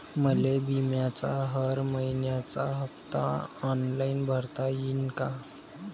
मले बिम्याचा हर मइन्याचा हप्ता ऑनलाईन भरता यीन का?